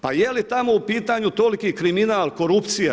Pa je li tamo u pitanju toliki kriminal, korupcija?